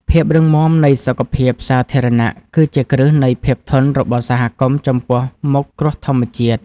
ភាពរឹងមាំនៃសុខភាពសាធារណៈ គឺជាគ្រឹះនៃភាពធន់របស់សហគមន៍ចំពោះមុខគ្រោះធម្មជាតិ។